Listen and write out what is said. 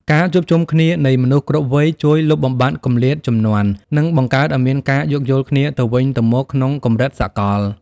ការជួបជុំគ្នានៃមនុស្សគ្រប់វ័យ ជួយលុបបំបាត់គម្លាតជំនាន់ និងបង្កើតឱ្យមានការយោគយល់គ្នាទៅវិញទៅមកក្នុងកម្រិតសកល។